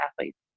athletes